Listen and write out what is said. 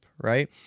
right